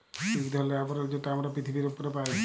ইক ধরলের আবরল যেট আমরা পিথিবীর উপ্রে পাই